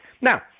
Now